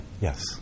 yes